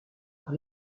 par